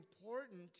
important